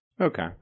Okay